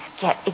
get